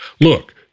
Look